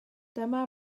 dyma